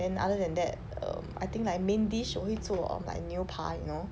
then other than that um I think like main dish 我会做 um like 牛排 you know